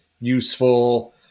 useful